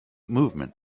movement